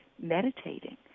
Meditating